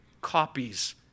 copies